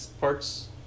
parts